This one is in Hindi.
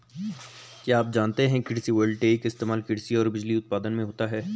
क्या आप जानते है कृषि वोल्टेइक का इस्तेमाल कृषि और बिजली उत्पादन में होता है?